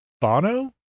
Bono